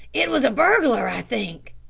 it was a burglar, i think.